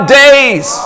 days